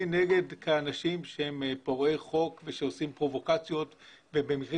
אני נגד אנשים שהם פורעי חוק ושעושים פרובוקציות ובמקרים